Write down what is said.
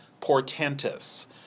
portentous